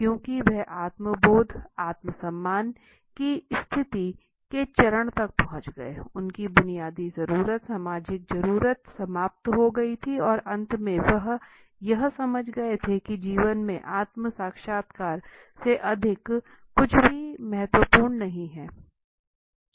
क्योंकि वह आत्म बोध आत्म सम्मान की स्थिति के चरण तक पहुँच गए थे उनकी बुनियादी जरूरत सामाजिक जरूरत समाप्त हो गई थी और अंत में वह यह समझ गए थे की जीवन में आत्म साक्षात्कार से अधिक कुछ भी अधिक महत्वपूर्ण नहीं है